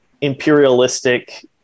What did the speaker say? imperialistic